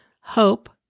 Hope